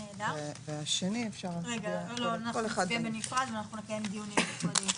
אנחנו נצביע בנפרד ואנחנו נקיים דיונים נפרדים.